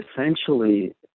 essentially